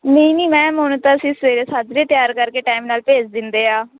ਨਹੀਂ ਨਹੀਂ ਮੈਮ ਉਹਨੂੰ ਤਾਂ ਅਸੀਂ ਸਵੇਰੇ ਸਾਜਰੇ ਤਿਆਰ ਕਰਕੇ ਟਾਈਮ ਨਾਲ ਭੇਜ ਦਿੰਦੇ ਹਾਂ